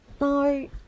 no